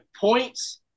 points